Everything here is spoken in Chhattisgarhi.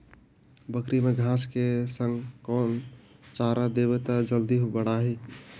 बकरी ल घांस के संग कौन चारा देबो त जल्दी बढाही?